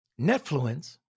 Netfluence